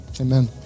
Amen